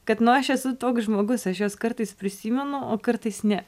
kad nu aš esu toks žmogus aš juos kartais prisimenu o kartais ne